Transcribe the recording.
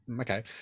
Okay